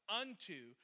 unto